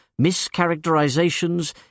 mischaracterizations